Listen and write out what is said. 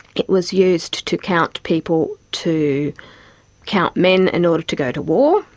it was used to count people, to count men in order to go to war,